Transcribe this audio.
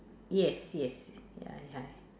yes yes ya ya